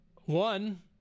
One